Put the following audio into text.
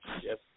Yes